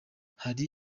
hari